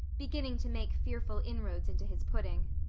beginning to make fearful inroads into his pudding.